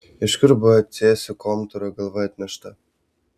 iš kur buvo cėsių komtūro galva atnešta